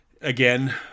again